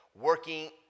working